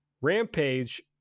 Rampage